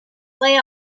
lay